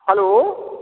hello